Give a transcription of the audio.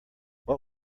what